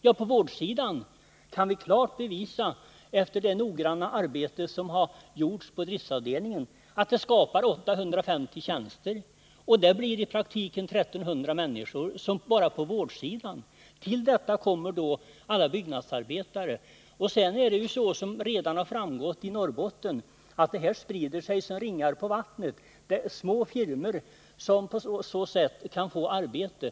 Ja, på vårdsidan kan vi klart bevisa, efter det noggranna arbete som gjorts på driftavdelningen, att det skapar 850 tjänster. Det blir i praktiken 1300 människor bara på vårdsidan. Till detta kommer alla byggnadsarbetare. Och sedan är det så, som redan framgått i Norrbotten, att det här sprider sig som ringar på vattnet. Det är små firmor som på så sätt kan få arbete.